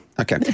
Okay